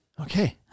Okay